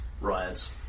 Riots